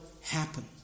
happen